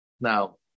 Now